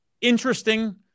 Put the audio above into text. interesting